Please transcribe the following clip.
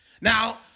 Now